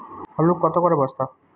আলু কত করে বস্তা?